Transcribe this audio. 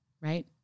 right